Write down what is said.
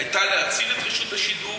הייתה להציל את רשות השידור,